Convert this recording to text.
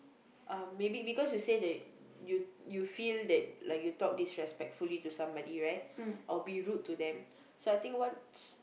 uh maybe because you say that you you feel that like you talk disrespectfully to somebody right or be rude to them so I think what's